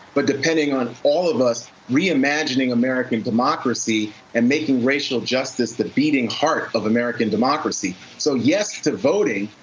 but depending on all of us reimagining american democracy and making racial justice the beating heart of american democracy. so yes to voting,